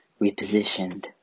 repositioned